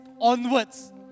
onwards